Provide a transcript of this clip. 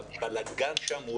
הבלגאן שם הוא